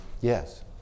Yes